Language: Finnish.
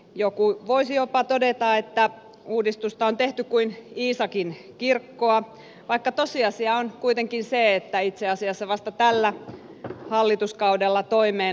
joku voisi jopa todeta että uudistusta on tehty kuin iisakinkirkkoa vaikka tosiasia on kuitenkin se että itse asiassa vasta tällä hallituskaudella toimeen on tartuttu